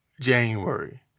January